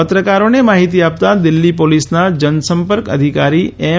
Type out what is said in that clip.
પત્રકારોને માહિતી આપતાં દિલ્ફી પોલીસના જનસંપર્ક અધિકારી એમ